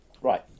Right